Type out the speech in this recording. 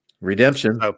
Redemption